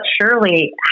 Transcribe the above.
surely